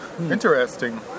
Interesting